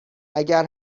اگر